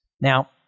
Now